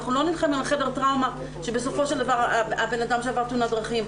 אנחנו לא נלחמים על חדר טראומה שבסופו של דבר הבנאדם שעבר תאונת דרכים,